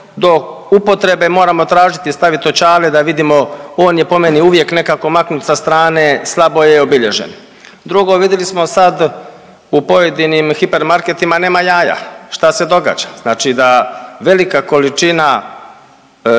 do upotrebe moramo tražit i stavit očale da vidimo, on je po meni uvijek nekako maknut sa strane i slabo je obilježen. Drugo, vidili smo sad u pojedinim hipermarketima nema jaja, šta se događa, znači da velika količina